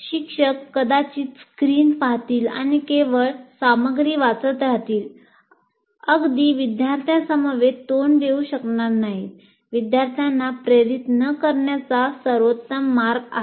शिक्षक कदाचित स्क्रीन पाहतील आणि केवळ सामग्री वाचतच राहतील अगदी विद्यार्थ्यांसमवेत तोंड देऊ शकणार नाहीत विद्यार्थ्यांना प्रेरित न करण्याचा सर्वोत्तम मार्ग आहे